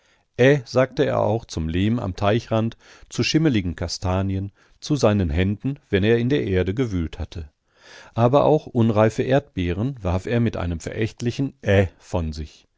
sagte er auch zum lehm am teichrand zu schimmeligen kastanien zu seinen händen wenn er in der erde gewühlt hatte aber auch unreife erdbeeren warf er mit einem verächtlichen ä von sich